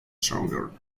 stronger